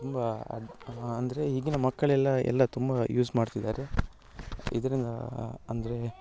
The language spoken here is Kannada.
ತುಂಬ ಅದು ಅಂದರೆ ಈಗಿನ ಮಕ್ಕಳೆಲ್ಲ ಎಲ್ಲ ತುಂಬ ಯೂಸ್ ಮಾಡ್ತಿದ್ದಾರೆ ಇದರಿಂದ ಅಂದರೆ